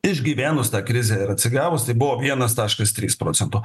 išgyvenus tą krizę ir atsigavus tai buvo vienas taškas trys procento